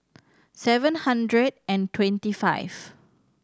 seven hundred and twenty five